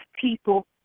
people